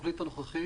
התוכנית הנוכחית